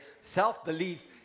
self-belief